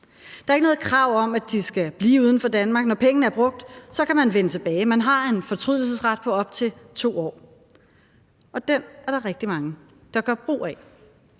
Der er ikke noget krav om, at de skal blive uden for Danmark. Når pengene er brugt, kan man vende tilbage, man har en fortrydelsesret på op til 2 år, og den er der rigtig mange, der gør brug af.